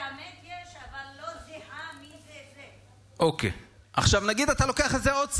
יש אבל, עכשיו, נגיד שאתה לוקח זה עוד צעד.